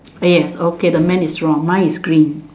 yes okay the man is wrong mine is green